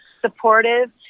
supportive